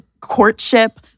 courtship